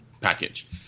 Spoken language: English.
package